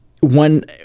one